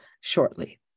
shortly